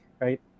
right